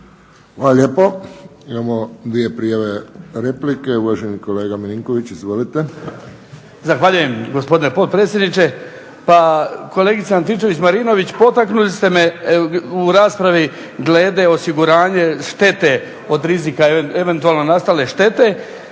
Hvala lijepo. Imamo dvije prijave replike. Uvaženi kolega Milinković. Izvolite. **Milinković, Stjepan (HDZ)** Zahvaljujem gospodine potpredsjedniče. Pa kolegica Antičević Marinović potaknuli ste me u raspravi glede osiguranja štete od rizika, eventualno nastale štete.